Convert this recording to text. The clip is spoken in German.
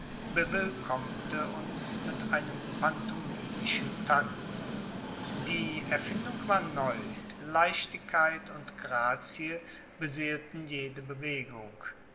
bewillkommte uns mit einem pantomimischen tanz die erfindung war neu leichtigkeit und grazie beseelten jede bewegung